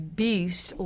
beast